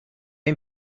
این